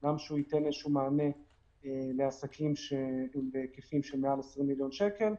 גם שהוא ייתן מענה לעסקים שהם בהיקפים של מעל 20 מיליון שקל,